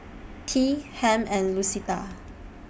Tea Hamp and Lucetta